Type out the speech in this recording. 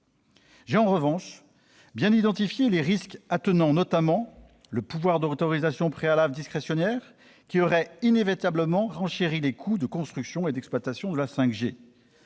J'ai en revanche bien identifié les risques attenants à celui-ci, notamment le pouvoir d'autorisation préalable discrétionnaire, qui aurait inévitablement renchéri les coûts de construction et d'exploitation de la 5G,